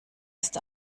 ist